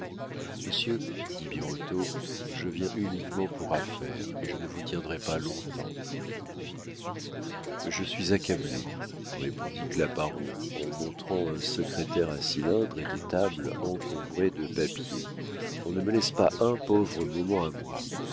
monsieur dit birotteau je viens uniquement pour affaire et je ne vous tiendrai pas long-temps je suis accablé répondit claparon en montrant un secrétaire à cylindre et des tables encombrées de papiers on ne me laisse pas un pauvre moment à moi